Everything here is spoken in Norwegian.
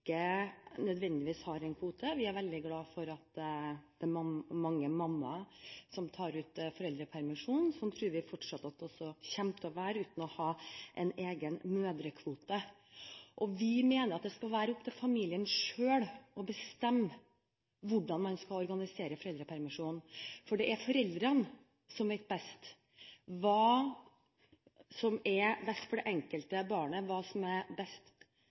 nødvendigvis har en kvote. Vi er veldig glad for at det er mange mammaer som tar ut foreldrepermisjon. Slik tror vi det også kommer til å være, uten å måtte ha en egen mødrekvote. Vi mener at det skal være opp til familien selv å bestemme hvordan man skal organisere foreldrepermisjonen, for det er foreldrene som vet best hva som er best for det enkelte barnet, og hva som er best